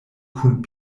kun